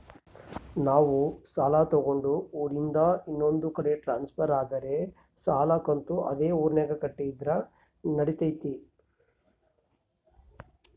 ನಾವು ಸಾಲ ತಗೊಂಡು ಊರಿಂದ ಇನ್ನೊಂದು ಕಡೆ ಟ್ರಾನ್ಸ್ಫರ್ ಆದರೆ ಸಾಲ ಕಂತು ಅದೇ ಊರಿನಾಗ ಕಟ್ಟಿದ್ರ ನಡಿತೈತಿ?